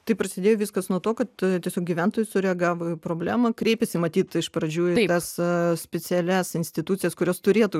tai prasidėjo viskas nuo to kad tiesiog gyventojai sureagavo į problemą kreipėsi matyt iš pradžių tas specialias institucijas kurios turėtų